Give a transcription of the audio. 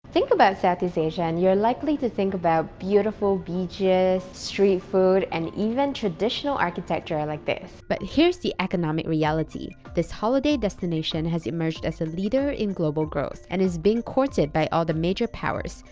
think about southeast asia and you're likely to think about beautiful beaches, street food, and even traditional architecture like this. but here's the economic reality this holiday destination has emerged as a leader in global growth and is being courted by all the major powers,